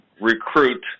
recruit